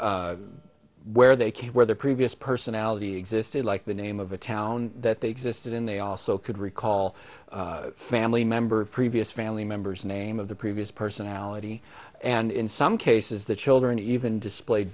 of where they came where their previous personality existed like the name of a town that they existed in they also could recall family member previous family members name of the previous personality and in some cases the children even displayed